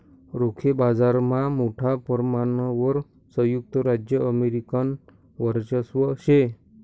रोखे बाजारमा मोठा परमाणवर संयुक्त राज्य अमेरिकानं वर्चस्व शे